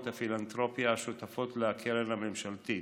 הפילנתרופיה השותפות לקרן הממשלתית.